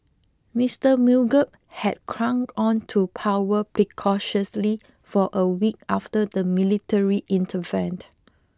Mister Mugabe had clung on to power precariously for a week after the military intervened